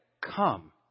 come